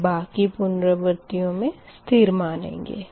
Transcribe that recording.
यह बाकी पुनरावर्तियों मे स्थिर मानेंगे